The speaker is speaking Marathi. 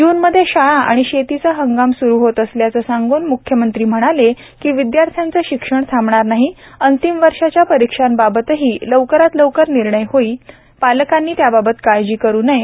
जूनमध्ये शाळा आणि शेतीचा हंगाम सुरु होत असल्याचे सांगून म्ख्यमंत्री म्हणाले की विद्यार्थ्यांचे शिक्षण थांबणार नाही अंतिम वर्षाच्या परिक्षांबाबत ही लवकरात लवकर निर्णय होईल पालकांनी काळजी करू नये